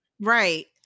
right